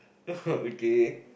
okay